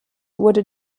wurde